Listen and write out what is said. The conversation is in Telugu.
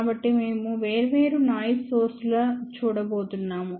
కాబట్టి మేము వేర్వేరు నాయిస్ సోర్స్ లను చూడబోతున్నాము